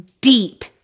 deep